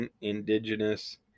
indigenous